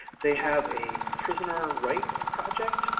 they have a prisoner rights project,